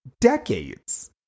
decades